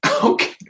Okay